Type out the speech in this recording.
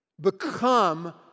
Become